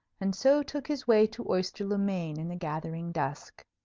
and so took his way to oyster-le-main in the gathering dusk.